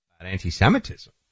anti-Semitism